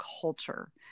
culture